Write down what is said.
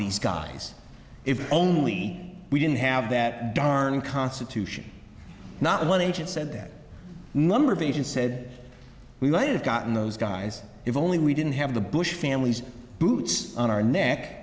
these guys if only we didn't have that darn constitution not one agent said number of each and said we'll a have gotten those guys if only we didn't have the bush family's boots on our neck